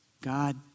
God